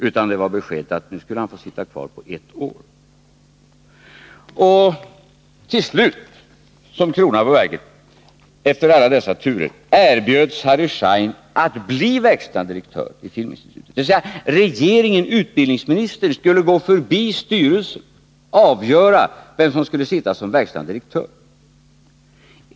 Han fick beskedet att han nu skulle få sitta kvar på ett år. Som krona på verket efter alla dessa turer erbjöds Harry Schein att bli verkställande direktör i Filminstitutet. Regeringen, utbildningsministern, skulle alltså gå förbi styrelsen och avgöra vem som skulle bli verkställande direktör.